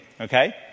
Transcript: okay